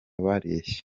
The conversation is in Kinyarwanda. bareshya